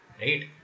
Right